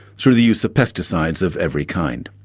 sort of the use of pesticides of every kind.